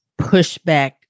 pushback